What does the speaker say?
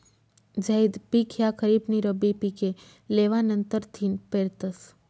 झैद पिक ह्या खरीप नी रब्बी पिके लेवा नंतरथिन पेरतस